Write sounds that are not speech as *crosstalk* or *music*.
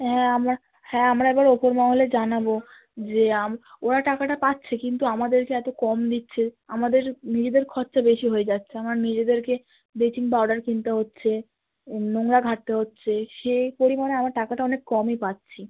হ্যাঁ আমরা হ্যাঁ আমরা এবার ওপর মহলে জানাবো যে *unintelligible* ওরা টাকাটা পাচ্ছে কিন্তু আমাদেরকে এত কম দিচ্ছে আমাদের নিজেদের খরচ বেশি হয়ে যাচ্ছে আমার নিজেদেরকে ব্লেচিং পাউডার কিনতে হচ্ছে নোংরা ঘাঁটতে হচ্ছে সেই পরিমাণে আমরা টাকাটা অনেক কমই পাচ্ছি